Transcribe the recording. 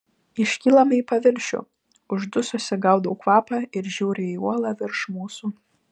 iškylame į paviršių uždususi gaudau kvapą ir žiūriu į uolą virš mūsų